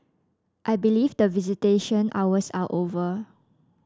I believe that visitation hours are over